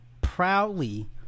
proudly